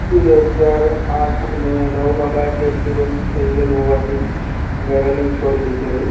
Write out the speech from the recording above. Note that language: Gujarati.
બે હજાર આઠ અને નવમાં બાઇક એક્સિડન્ડ થઇ ગયેલું હોવાથી મે રનિંગ છોડી દીધેલી